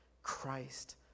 Christ